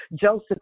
Joseph